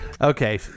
Okay